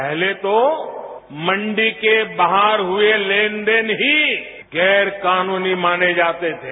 पहले तो मंडी के बाहर हुए लेनदेन ही गैरकानूनी माने जाते थे